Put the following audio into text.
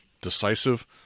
Decisive